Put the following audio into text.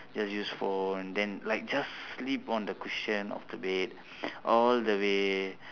just use phone then like just sleep on the cushion on the bed all the way